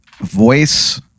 voice